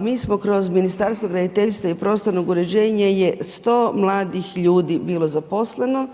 mi smo kroz Ministarstvo graditeljstva i prostornog uređenja je 100 mladih ljudi bilo zaposleno.